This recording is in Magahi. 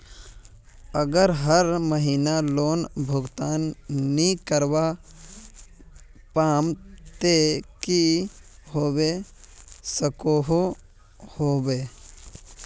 अगर हर महीना लोन भुगतान नी करवा पाम ते की होबे सकोहो होबे?